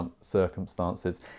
circumstances